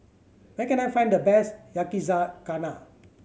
where can I find the best Yakizakana